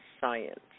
science